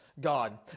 God